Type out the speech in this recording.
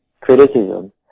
criticism